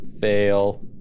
fail